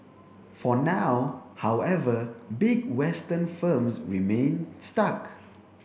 for now however big Western firms remain stuck